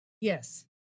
Yes